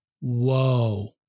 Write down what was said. Whoa